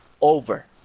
over